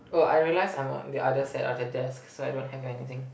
oh I realise I'm on the other side of the desk so I don't have anything